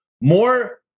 more